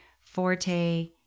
forte